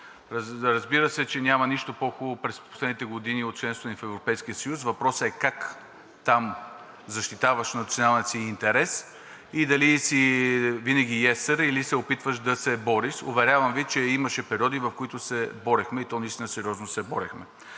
Разбира се, че няма нищо по-хубаво през последните години от членството ни в Европейския съюз. Въпросът е как там защитаваш националния си интерес? Дали си винаги „Йес, сър!“, или се опитваш да се бориш?! Уверявам Ви, че имаше периоди, в които се борехме, и то наистина сериозно се борехме.